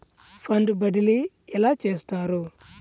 Fund బదిలీ ఎలా చేస్తారు?